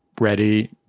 ready